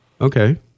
Okay